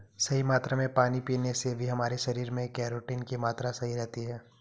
सही मात्रा में पानी पीने से भी हमारे शरीर में केराटिन की मात्रा सही रहती है